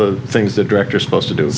the things the director supposed to do